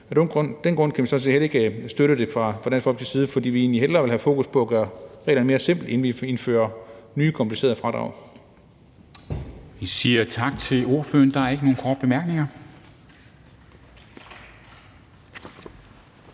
en grund til, at vi så heller ikke støtter det fra Dansk Folkepartis side, for vi vil egentlig hellere have fokus på at gøre reglerne mere simple, inden vi indfører nye komplicerede fradrag.